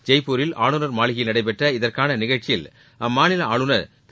ஜெய்ப்பூரில் ஆளுநர் மாளிகையில் நடைபெற்ற இதற்கான நிகழ்ச்சியில் அம்மாநில ஆளுநர் திரு